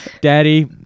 Daddy